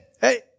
Hey